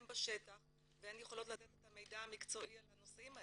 הם בשטח והן יכולות לתת את המידע המקצועי על הנושאים האלה.